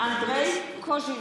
אנדרי קוז'ינוב,